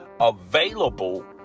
available